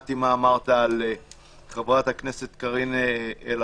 שמעתי את מה שאמרת על חברת הכנסת קארין אלהרר.